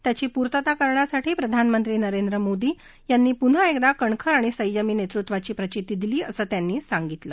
त्याची पूर्तता करण्यासाठी प्रधानमंत्री नरेंद्र मोदी यांनी पुन्हा एकदा कणखर आणि संयमी नेतृत्वाची प्रचिती दिली असं त्यांनी सांगितलं